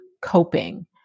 coping